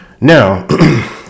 now